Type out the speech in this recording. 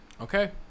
Okay